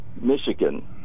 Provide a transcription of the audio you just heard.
Michigan